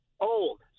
old